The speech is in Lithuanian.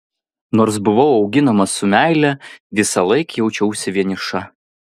nors buvau auginama su meile visąlaik jaučiausi vieniša